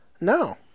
No